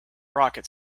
rocket